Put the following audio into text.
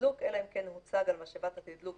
תדלוק אלא אם כן הוצג על משאבת התדלוק,